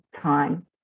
time